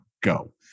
go